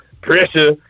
pressure